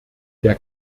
der